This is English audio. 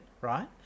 right